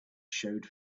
showed